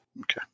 Okay